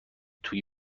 توی